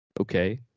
Okay